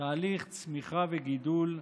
תהליך צמיחה וגידול,